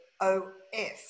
o-f